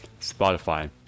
Spotify